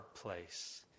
place